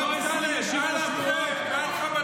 על אפכם ועל חמתכם.